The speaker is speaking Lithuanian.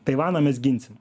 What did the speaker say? taivaną mes ginsim